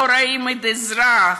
לא רואים את האזרח,